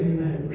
Amen